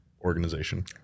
organization